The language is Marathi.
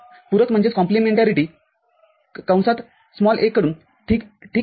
पूरक कडून ठीक आहे